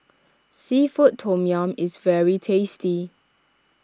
Seafood Tom Yum is very tasty